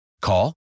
Call